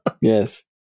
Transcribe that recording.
Yes